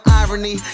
irony